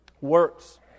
Works